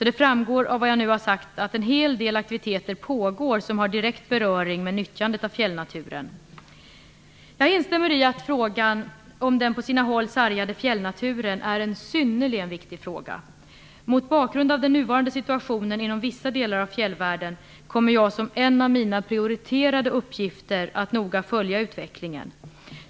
Det framgår av vad jag nu har sagt att en hel del aktiviteter pågår som har direkt beröring med nyttjandet av fjällnaturen. Jag instämmer i att frågan om den på sina håll sargade fjällnaturen är en synnerligen viktig fråga. Mot bakgrund av den nuvarande situationen inom vissa delar av fjällvärlden kommer jag att ha som en av mina prioriterade uppgifter att noga följa utvecklingen.